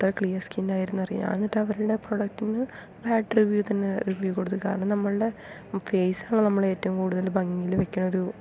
എത്ര clear skin ആയിരുന്നു അറിയുമോ ഞാൻ എന്നിട്ട് അവരുടെ പ്രൊഡക്ടിന് ബാഡ് റിവ്യൂ തന്നെ റിവ്യൂ കൊടുത്തു കാരണം നമ്മളുടെ ഫേസ് ആണല്ലോ നമ്മൾ ഏറ്റവും കൂടുതൽ ഭംഗിയിൽ വെക്കണ ഒരു